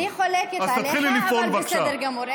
אני חולקת עליך, אבל בסדר גמור.